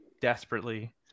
desperately